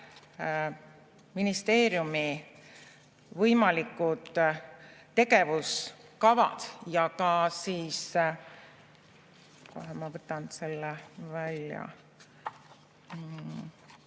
ministeeriumi võimalikud tegevuskavad ja ka – kohe ma võtan selle välja